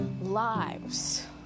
lives